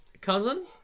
cousin